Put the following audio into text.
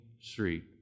street